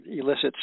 elicits